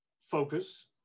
focus